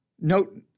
Note